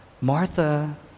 Martha